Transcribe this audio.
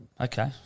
Okay